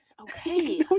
okay